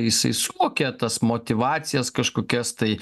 jisai suvokia tas motyvacijos kažkokias tai